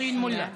פטין מולא.